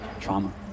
trauma